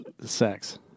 Sex